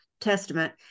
Testament